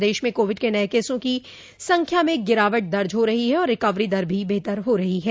प्रदेश में कोविड के नये केसों की संख्या में गिरावट दर्ज हो रही है और रिकवरी दर भी बेहतर हो रही है